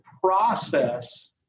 process